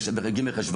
ג' חשון,